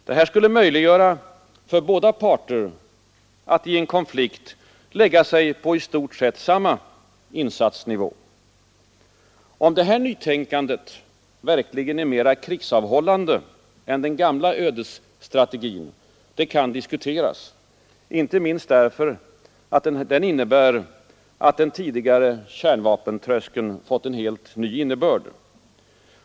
Detta skulle möjliggöra för båda parter att i en konflikt lägga sig på i stort sett samma insatsnivå. Om detta nytänkande verkligen är mera krigsavhållande än den gamla ”ödesstrategin” kan diskuteras, inte minst därför att det innebär att den tidigare ”kärnvapentröskeln” har fått en helt ny innebörd.